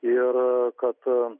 ir kad